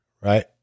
right